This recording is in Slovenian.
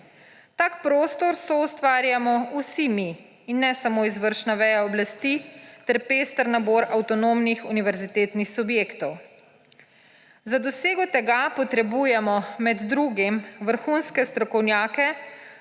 Tak prostor soustvarjamo vsi mi in ne samo izvršna veja oblasti ter pester nabor avtonomnih univerzitetnih subjektov. Za dosego tega potrebujemo med drugim vrhunske strokovnjake,